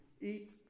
eat